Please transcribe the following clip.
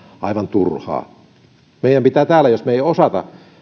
aivan turhaa jos me emme osaa